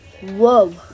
Whoa